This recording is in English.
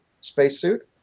spacesuit